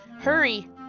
hurry